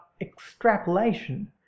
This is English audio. extrapolation